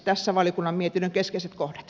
tässä valiokunnan mietinnön keskeiset kohdat